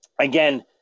Again